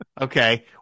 Okay